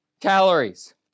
calories